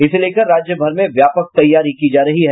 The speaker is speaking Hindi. इसको लेकर राज्य भर में व्यापक तैयारी की जा रही है